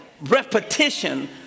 repetition